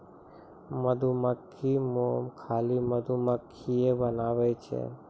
मधुमक्खी मोम खाली मधुमक्खिए बनाबै छै